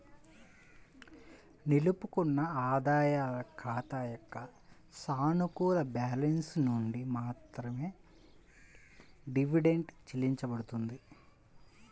నిలుపుకున్న ఆదాయాల ఖాతా యొక్క సానుకూల బ్యాలెన్స్ నుండి మాత్రమే డివిడెండ్ చెల్లించబడుతుంది